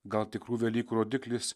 gal tikrų velykų rodiklis